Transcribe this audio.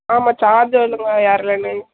ஆமாம் சார்ஜ் என்னமோ ஏறலைனு